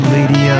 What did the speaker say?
Lady